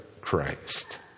Christ